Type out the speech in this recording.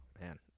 man